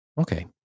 Okay